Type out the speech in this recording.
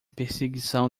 perseguição